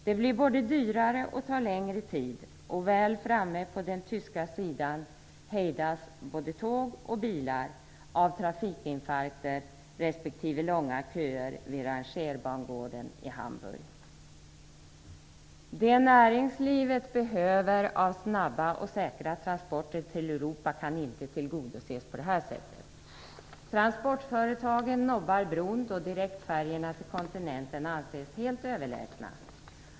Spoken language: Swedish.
Det blir dyrare och tar längre tid, och väl framme på den tyska sidan hejdas både bilar och tåg av trafikinfarkter respektive långa köer vid rangerbangården i Det näringslivet behöver av snabba och säkra transporter till Europa kan inte tillgodoses på det här sättet. Transportföretagen nobbar bron, då direktfärjorna till kontinenten anses helt överlägsna.